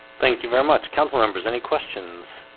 thank you very much council members any questions?